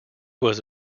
was